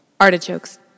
Artichokes